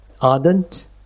ardent